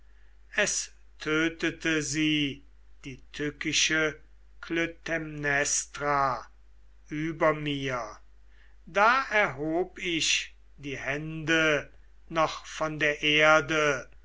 es tötete sie die tückische klytaimnestra über mir da erhub ich die hände noch von der erde